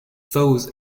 those